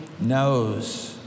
knows